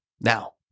Now